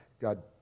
God